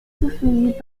faisait